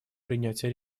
принятия